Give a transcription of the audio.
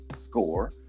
score